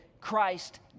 Christ